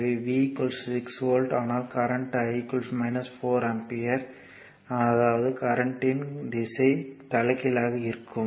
எனவே V 6 volt ஆனால் current I 4 ampere அதாவது கரண்ட் இன் திசை தலைகீழாக இருக்கும்